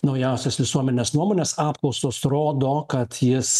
naujausios visuomenės nuomonės apklausos rodo kad jis